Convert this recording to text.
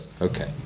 Okay